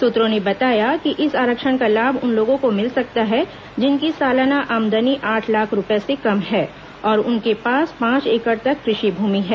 सूत्रों ने बताया कि इस आरक्षण का लाभ उन लोगों को मिल सकता है जिनकी सालाना आमदनी आठ लाख रुपये से कम है और उनके पास पांच एकड़ तक कृषि भूमि है